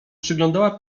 przyglądała